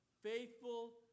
faithful